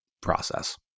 process